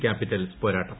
Capitals പോരാട്ടം